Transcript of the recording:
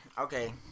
Okay